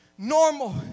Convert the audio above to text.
Normal